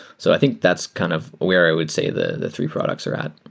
so i think that's kind of where i would say the the three products are at.